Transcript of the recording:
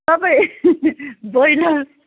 तपाईँ ब्रोइलर